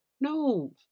No